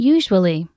Usually